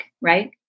right